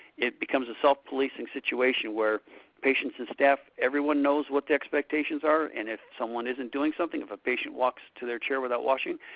it becomes a self-policing situation where patients and staff, everyone knows what the expectations are, and if someone isn't doing something, if a patient walks to their chair without washing,